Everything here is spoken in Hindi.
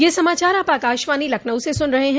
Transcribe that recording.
ब्रे क यह समाचार आप आकाशवाणी लखनऊ से सुन रहे हैं